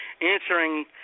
answering